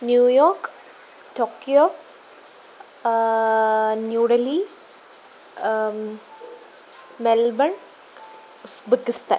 new York Tokyo New Delhi Melbourne Uzbekistan